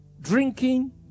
drinking